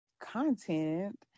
content